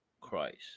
Christ